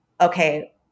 Okay